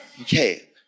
Okay